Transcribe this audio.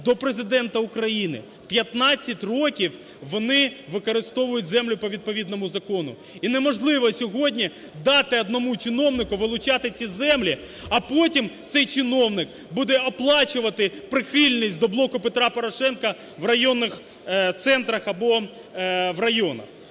до Президента України. 15 років вони використовують землю по відповідному закону, і неможливо сьогодні дати одному чиновнику вилучати ці землі, а потім цей чиновник буде оплачувати прихильність до "Блоку Петра Порошенка" в районних центрах або в районах.